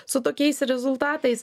su tokiais rezultatais